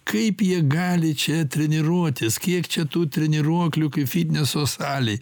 kaip jie gali čia treniruotis kiek čia tų treniruoklių kaip fitneso salėj